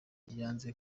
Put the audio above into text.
yanze